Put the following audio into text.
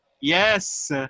Yes